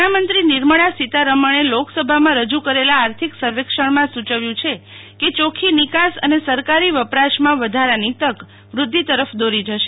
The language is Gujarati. નાણામંત્રી નિર્મલા સિતારામન લોકસભામાં રજુ કરેલા આર્થિક સર્વેક્ષણમાં સુચવ્યું છે કે ચોખ્ખી નિકાસ અને સરકારી વપરાશમાં વધારાની તક વધિધ તરફ દોરી જશે